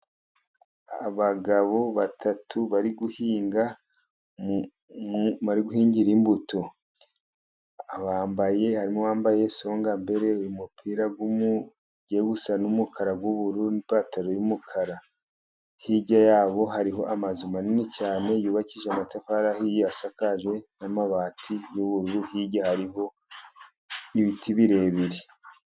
Abagabo batatu bari guhingira imbuto, harimo uwambaye songa mbere umupira ugiye gusa n'umukara, n'ubururu, n'ipantaro y'umukara. Hirya yabo hariho amazu manini cyane yubakishije amatafari ahiye, asakajwe n'amabati y'ubururu, hirya hariho ibiti birebire.